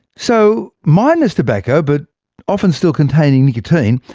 so minus tobacco, but often still containing nicotine,